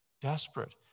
desperate